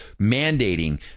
mandating